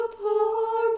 poor